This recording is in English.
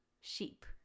sheep